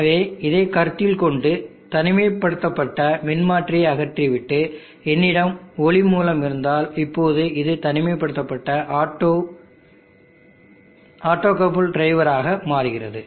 எனவே இதைக் கருத்தில் கொண்டு தனிமைப்படுத்தப்பட்ட மின்மாற்றியை அகற்றிவிட்டு என்னிடம் ஒளி மூலம் இருந்தால் இப்போது இது தனிமைப்படுத்தப்பட்ட ஆப்டோ கேட் டிரைவாக மாறுகிறது